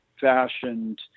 fashioned